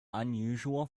unusual